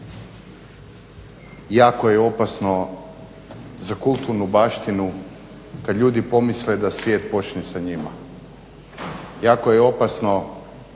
Jako je opasno za kulturnu baštinu kada ljudi pomisle da svijet počinje sa njima. Jako je opasno